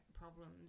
problems